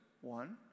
one